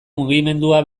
mugimendua